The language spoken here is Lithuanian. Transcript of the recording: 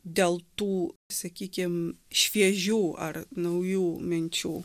dėl tų sakykim šviežių ar naujų minčių